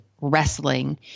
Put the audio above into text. wrestling